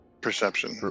Perception